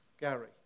Gary